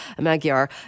Magyar